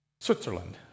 Switzerland